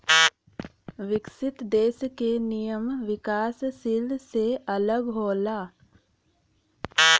विकसित देश क नियम विकासशील से अलग होला